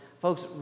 folks